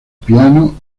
piano